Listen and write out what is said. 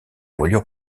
voilure